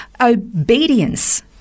obedience